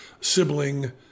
sibling